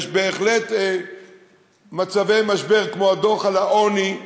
יש בהחלט מצבי משבר כמו הדוח על העוני,